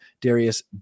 Darius